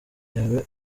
yawe